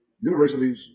universities